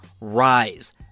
rise